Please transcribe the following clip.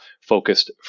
focused